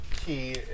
key